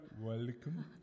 welcome